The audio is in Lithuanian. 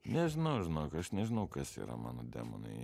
nežinau žinok aš nežinau kas yra mano demonai